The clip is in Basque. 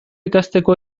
ikasteko